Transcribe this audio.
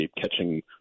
catching